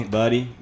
buddy